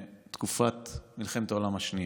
בתקופת מלחמת העולם השנייה.